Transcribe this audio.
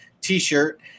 t-shirt